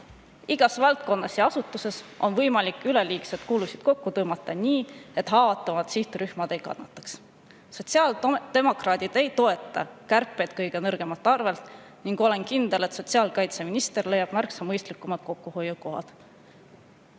Igas valdkonnas ja asutuses on võimalik üleliigseid kulusid kokku tõmmata nii, et haavatavad sihtrühmad ei kannataks. Sotsiaaldemokraadid ei toeta kärpeid kõige nõrgemate arvelt ning olen kindel, et sotsiaalkaitseminister leiab märksa mõistlikumad kokkuhoiukohad."